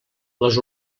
les